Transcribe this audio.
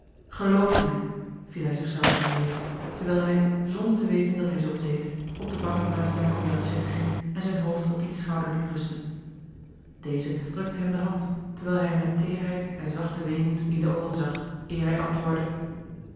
geloof mij viel hij zich zelf in de rede terwijl hij zonder te weten dat hij zulks deed op de bank naast jacob jansz zitten ging en zijn hoofd op diens schouder liet rusten deze drukte hem de hand terwijl hij hem met teêrheid en zachten weemoed in de oogen zag eer hij antwoordde